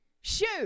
Shoot